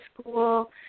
school